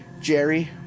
Jerry